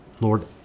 Lord